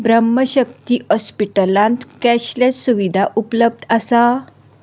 ब्रह्म शक्ती ऑस्पीटलांत कॅशलस सुविधा उपलब आसा